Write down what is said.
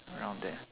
around there